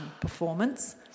performance